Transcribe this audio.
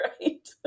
right